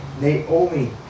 Naomi